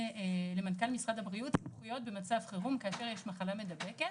למנכ"ל משרד הבריאות סמכויות במצב חירום כאשר יש מחלה מדבקת,